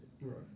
Right